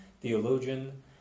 theologian